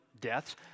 deaths